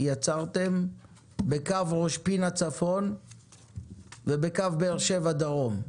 יצרתם בקו ראש פינה צפונה ובאר שבע דרומה.